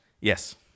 Yes